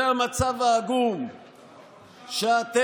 זה המצב העגום שאתם